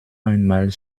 einmal